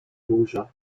burza